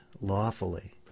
lawfully